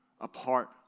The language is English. apart